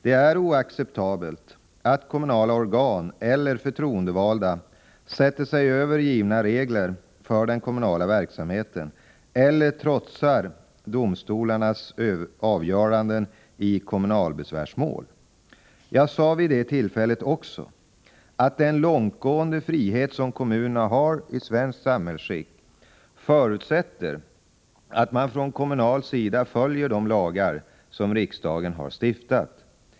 Det är oacceptabelt att kommunala organ eller förtroendevalda sätter sig över givna regler för den kommunala verksamheten eller trotsar domstolarnas avgöranden i kommunalbesvärsmål. Jag sade vid det tillfället också att den långtgående frihet som kommunerna har i svenskt samhällsskick förutsätter att man från kommunal sida följer de lagar som riksdagen har stiftat.